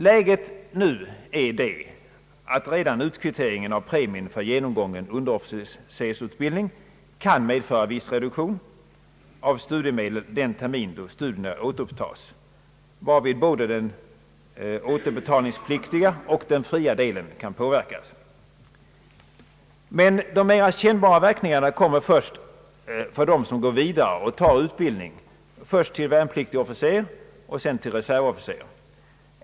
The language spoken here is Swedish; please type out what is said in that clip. Läget nu är det att redan utkvitteringen av premien för genomgången underofficersutbildning kan medföra viss reduktion av studiemedel den termin då studierna återupptas, varvid både den återbetalningspliktiga och den fria delen kan påverkas. Men de mera kännbara verkningarna drabbar den som går vidare i sin utbildning först till värnpliktig officer och sedan till reservofficer.